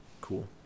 Cool